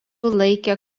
laikė